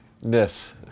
yes